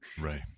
Right